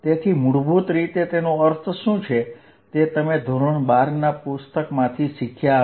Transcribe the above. તેથી મૂળભૂત રીતે તેનો અર્થ શું છે તે તમે ધોરણ 12 ના પુસ્તકમાંથી શીખ્યા હશો